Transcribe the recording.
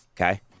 okay